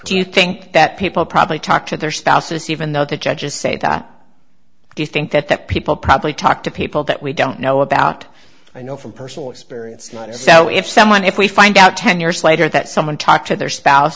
do you think that people probably talk to their spouses even though the judges say that do you think that that people probably talk to people that we don't know about i know from personal experience so if someone if we find out ten years later that someone talked to their spouse